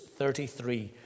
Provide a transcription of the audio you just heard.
33